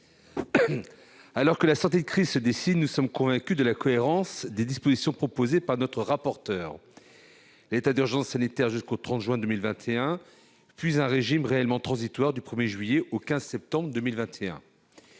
Alors que la sortie de crise se dessine, nous sommes convaincus de la cohérence des dispositions proposées par notre rapporteur : l'état d'urgence sanitaire jusqu'au 30 juin 2021, puis un régime réellement transitoire du 1 juillet au 15 septembre 2021.